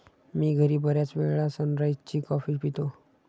मी घरी बर्याचवेळा सनराइज ची कॉफी पितो